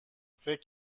فکر